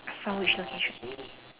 from which location